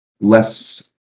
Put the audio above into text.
less